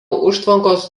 užtvankos